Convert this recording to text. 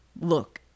look